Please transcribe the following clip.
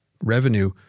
revenue